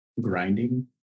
grinding